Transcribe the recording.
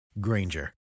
Granger